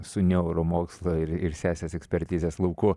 su neuromokslu ir sesės ekspertizės lauku